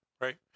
right